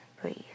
Breathe